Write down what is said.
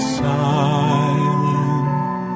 silent